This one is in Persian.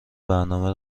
نامه